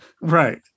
Right